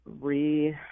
re